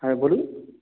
হ্যাঁ বলুন